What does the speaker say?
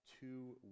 two